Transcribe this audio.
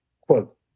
Quote